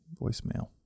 voicemail